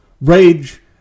Rage